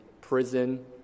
prison